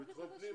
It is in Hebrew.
בטחון פנים,